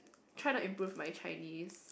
try to improve my Chinese